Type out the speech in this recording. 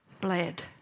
bled